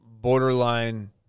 borderline